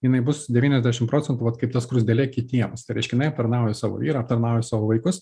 jinai bus devyniasdešim procentų vat kaip ta skruzdėlė kitiems tai reiškia jinai aptarnauja savo vyrą aptarnauja savo vaikus